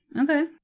Okay